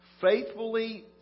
faithfully